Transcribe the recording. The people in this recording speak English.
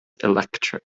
electric